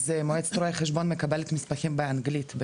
אז מועצת רואי החשבון מקבלת מסמכים באנגלית.